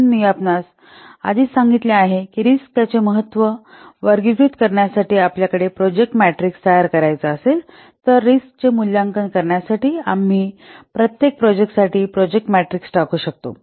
म्हणून मी आपणास आधीच सांगितले आहे की रिस्क त्यांचे महत्त्व वर्गीकृत करण्यासाठी किंवा आपल्याकडे प्रोजेक्ट मॅट्रिक्स तयार करायचा असेल तर रिस्कचे मूल्यांकन करण्यासाठी आम्ही प्रत्येक प्रोजेक्टसाठी प्रोजेक्ट मॅट्रिक्स टाकू शकतो